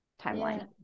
timeline